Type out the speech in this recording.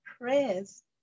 prayers